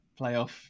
playoff